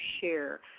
share